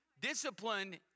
Discipline